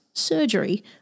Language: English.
surgery